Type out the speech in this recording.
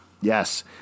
Yes